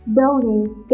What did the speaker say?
Buildings